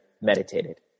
meditated